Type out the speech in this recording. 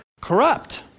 corrupt